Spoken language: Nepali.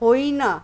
होइन